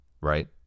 Right